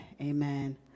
amen